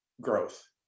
growth